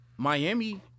Miami